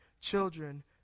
children